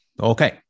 Okay